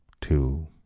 two